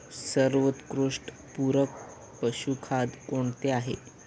सर्वोत्कृष्ट पूरक पशुखाद्य कोणते आहे?